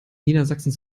niedersachsen